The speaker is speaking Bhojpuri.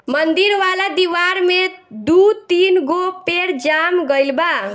मंदिर वाला दिवार में दू तीन गो पेड़ जाम गइल बा